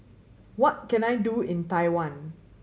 what can I do in Taiwan